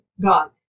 God